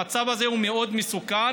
המצב הזה הוא מאוד מסוכן,